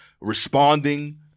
responding